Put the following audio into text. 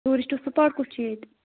tourist spot کُس چھِ ییٚتہِ